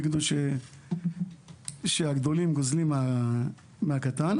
יגידו שהגדולים גוזלים מן הקטן,